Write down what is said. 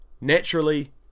Naturally